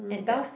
at the